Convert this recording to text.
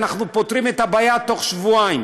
אנחנו פותרים את הבעיה בתוך שבועיים.